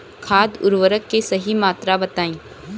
खाद उर्वरक के सही मात्रा बताई?